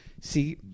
see